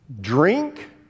drink